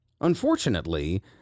Unfortunately